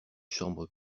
chambre